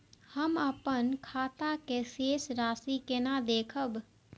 हम अपन खाता के शेष राशि केना देखब?